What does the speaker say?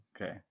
okay